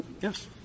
Yes